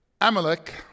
Amalek